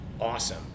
awesome